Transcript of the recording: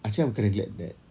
actually I'm kinda glad that